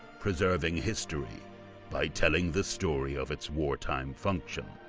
preserving history by telling the story of its wartime function.